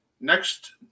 next